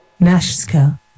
Nashka